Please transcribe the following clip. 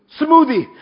smoothie